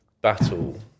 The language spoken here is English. battle